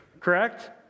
correct